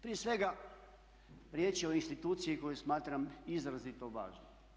Prije svega riječ je o instituciji koju smatram izrazito važnom.